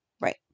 Right